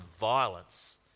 violence